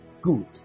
Good